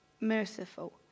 merciful